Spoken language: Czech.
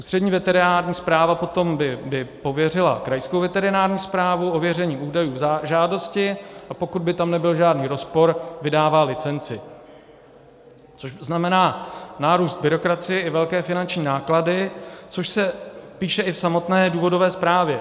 Ústřední veterinární správa potom by pověřila krajskou veterinární správu ověřením údajů v žádosti, a pokud by tam nebyl žádný rozpor, vydává licenci, což znamená nárůst byrokracie i velké finanční náklady, což se píše i v samotné důvodové zprávě.